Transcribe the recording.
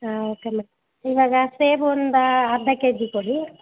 ಹಾಂ okay madam ಇವಾಗ ಸೇಬು ಒಂದು ಅರ್ಧ ಕೆ ಜಿ ಕೊಡಿ